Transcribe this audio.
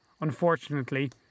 unfortunately